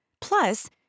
Plus